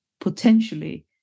potentially